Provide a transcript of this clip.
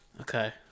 Okay